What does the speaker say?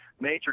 major